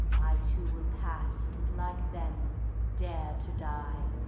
i too will pass and like them dare to die!